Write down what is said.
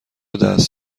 دست